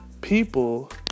people